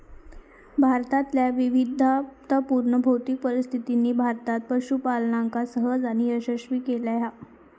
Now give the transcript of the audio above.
भारतातल्या विविधतापुर्ण भौतिक परिस्थितीनी भारतात पशूपालनका सहज आणि यशस्वी केला हा